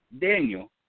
Daniel